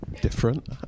different